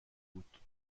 بود